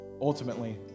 ultimately